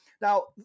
Now